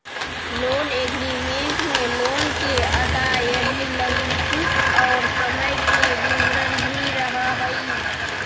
loan agreement में loan के अदायगी लगी किस्त और समय के विवरण भी रहऽ हई